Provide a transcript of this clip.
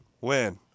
win